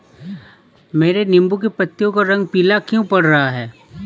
मेरे नींबू की पत्तियों का रंग पीला क्यो पड़ रहा है?